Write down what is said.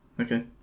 Okay